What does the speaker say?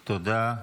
תודה.